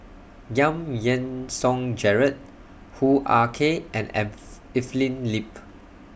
Giam Yean Song Gerald Hoo Ah Kay and Eve Evelyn Lip